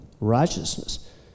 righteousness